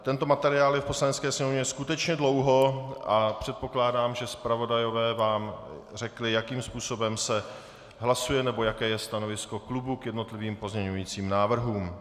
Tento materiál je v Poslanecké sněmovně skutečně dlouho a předpokládám, že zpravodajové vám řekli, jakým způsobem se hlasuje nebo jaké je stanovisko klubu k jednotlivým pozměňovacím návrhům.